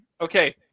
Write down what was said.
Okay